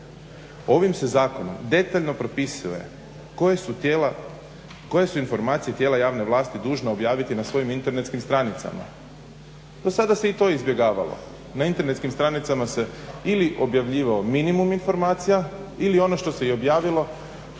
ovim se zakonom detaljno propisuje koje su informacije tijela javne vlasti dužne objaviti na svojim internetskim stranicama. Do sada se i to izbjegavalo, na internetskim stranicama objavljivao ili minimum informacija ili i ono što se objavilo